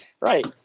right